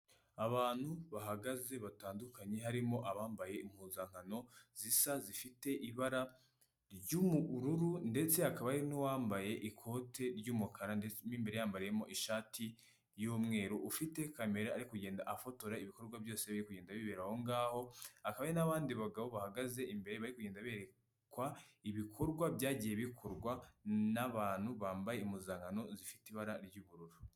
Abantu bahagaze batandukanye harimo abambaye impuzankano zisa zifite ibara ry'ubururu, ndetse hakaba n'uwambaye ikote ry'umukara ndetse mo imbere yambayemo ishati y'umweru, ufite kamera, ari kugenda afotora ibikorwa byose biri kugenda bibera aho ngaho, hakabari hari n'abandi bagabo bahagaze imbere bagenda berekwa ibikorwa byagiye bikorwa n'abantu bambaye impuzankano zifite ibara ry'ubururu.